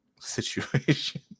situation